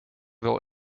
wel